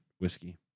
whiskey